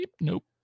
nope